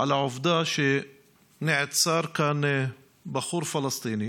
על העובדה שנעצר כאן בחור פלסטיני